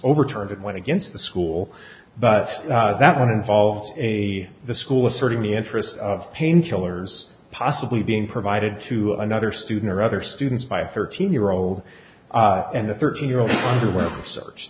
overturned it went against the school but that one involved a the school asserting the interests of painkillers possibly being provided to another student or other students by a thirteen year old and the thirteen year old underwent research